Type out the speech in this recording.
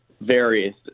various